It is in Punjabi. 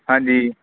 ਹਾਂਜੀ